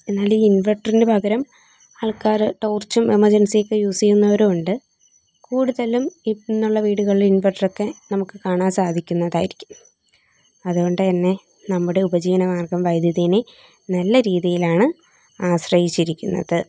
എന്നാൽ ഈ ഇൻവെർട്ടറിന് പകരം ആൾക്കാർ ടോർച്ചും എമർജൻസി ഒക്കെ യൂസ് ചെയ്യുന്നവരുണ്ട് കൂടുതലും ഇന്നുള്ള വീടുകളിൽ ഇൻവെർട്ടർ ഒക്കെ നമുക്ക് കാണാൻ സാധിക്കുന്നതായിരിക്കും അതുകൊണ്ട് തന്നെ നമ്മുടെ ഉപജീവന മാർഗ്ഗം വൈദ്യതീനെ നല്ല രീതിയിലാണ് ആശ്രയിച്ചിരിക്കുന്നത്